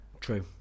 True